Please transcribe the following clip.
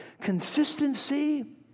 Consistency